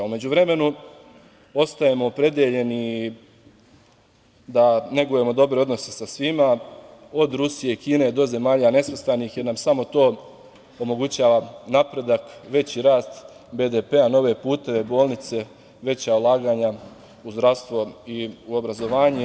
U međuvremenu, ostajemo opredeljeni da negujemo dobre odnose sa svima, od Rusije, Kine, do zemalja nesvrstanih, jer nam samo to omogućava napredak, veći rast BDP, nove puteve, bolnice, veća ulaganja u zdravstvo i obrazovanje.